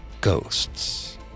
Ghosts